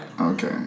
Okay